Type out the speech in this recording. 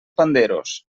panderos